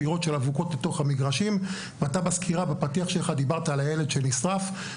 בתוך היציעים, דרך אגב גם בהפועל גם במכבי.